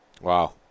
Wow